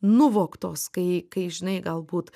nuvogtos kai kai žinai galbūt